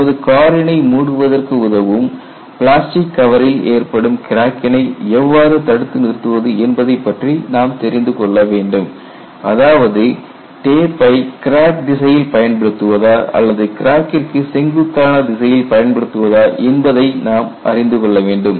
நமது காரினை மூடுவதற்கு உதவும் பிளாஸ்டிக் கவரில் ஏற்படும் கிராக்கினை எவ்வாறு தடுத்து நிறுத்துவது என்பதைப் பற்றி நாம் தெரிந்து கொள்ள வேண்டும் அதாவது டேப்பை கிராக் திசையில் பயன்படுத்துவதா அல்லது கிராக்கிற்கு செங்குத்தான திசையில் பயன்படுத்துவதா என்பதை நாம் அறிந்து கொள்ள வேண்டும்